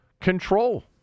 control